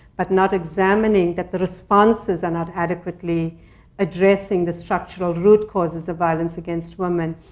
but not examining that the responses are not adequately addressing the structural root causes of violence against women.